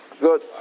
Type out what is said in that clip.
Good